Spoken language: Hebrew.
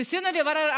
ניסינו לברר.